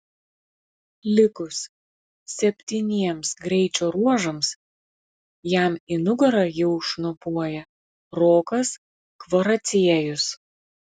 likus septyniems greičio ruožams jam į nugarą jau šnopuoja rokas kvaraciejus